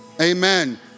Amen